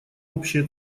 общие